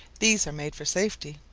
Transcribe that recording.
these are made for safety.